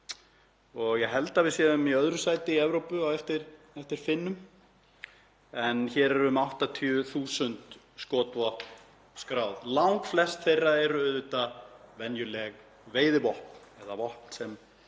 og ég held að við séum í öðru sæti í Evrópu á eftir Finnum. Hér eru um 80.000 skotvopn skráð. Langflest þeirra eru auðvitað venjuleg veiðivopn eða vopn sem